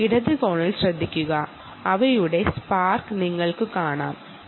ഇതിന്റെ ഇടത് കോണിൽ നോക്കു അവരുടെ സ്പാർക് നിങ്ങൾക്കു കാണാൻ കഴിയും